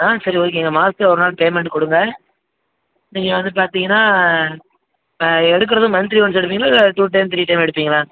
ஆ சரி ஓகேங்க மாதத்துல ஒரு நாள் பேமெண்ட் கொடுங்க நீங்கள் வந்து பார்த்தீங்கன்னா எடுக்கிறது மந்த்லி ஒன்ஸ் எடுப்பீங்களா இல்லை டூ டைம் த்ரீ டைம் எடுப்பீங்களா